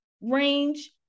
range